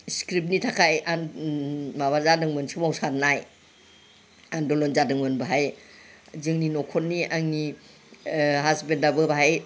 स्क्रिपनि थाखाय आं माबा जादोंमोन सोमावसारनाय आन्दलन जादोंमोन बाहाय जोंनि न'खरनि आंनि हासबेन्डआबो बाहाय